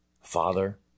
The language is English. father